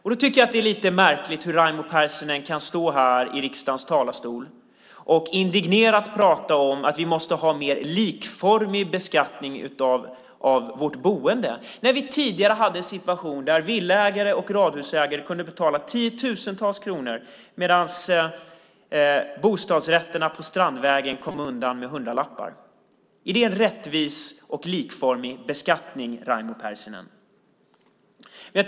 Jag tycker att det är lite märkligt hur Raimo Pärssinen kan stå här i riksdagens talarstol och indignerat prata om att vi måste ha en mer likformig beskattning av vårt boende när vi tidigare hade en situation där villa och radhusägare kunde betala tiotusentals kronor, medan ägarna av bostadsrätterna på Strandvägen kom undan med hundralappar. Är det en rättvis och likformig beskattning, Raimo Pärssinen?